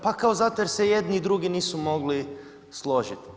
Pa kao zato jer se i jedni i drugi nisu mogli složiti.